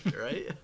right